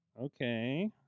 Okay